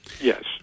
yes